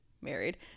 married